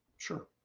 Sure